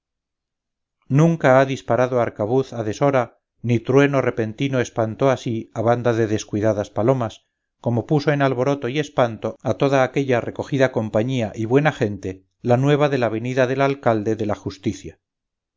nunca ha disparado arcabuz a deshora ni trueno repentino espantó así a banda de descuidadas palomas como puso en alboroto y espanto a toda aquella recogida compañía y buena gente la nueva de la venida del alcalde de la justicia